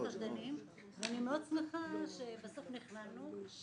אני מאוד שמחה שבסוף נכנענו,